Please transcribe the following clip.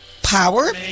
Power